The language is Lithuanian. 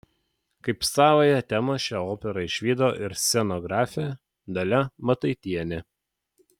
kaip savąją temą šią operą išvydo ir scenografė dalia mataitienė